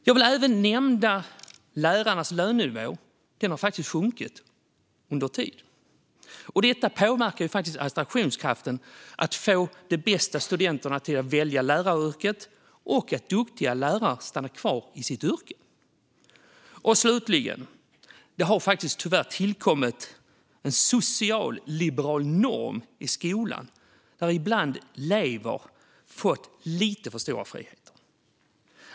Jag vill även nämna lärarnas lönenivå, som faktiskt har sjunkit över tid. Detta påverkar attraktionskraften och möjligheten att få de bästa studenterna att välja läraryrket, liksom möjligheten att få duktiga lärare att stanna kvar i sitt yrke. Slutligen har det tyvärr tillkommit en socialliberal norm i skolan som innebär att elever ibland har fått lite för stora friheter.